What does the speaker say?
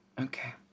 okay